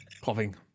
Coughing